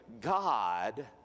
God